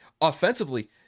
offensively